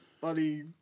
buddy